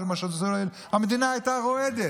המדינה הייתה רועדת.